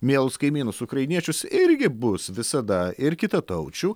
mielus kaimynus ukrainiečius irgi bus visada ir kitataučių